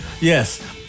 Yes